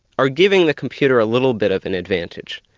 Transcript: are giving the computer a little bit of an advantage,